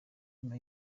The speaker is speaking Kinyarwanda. nyuma